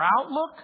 outlook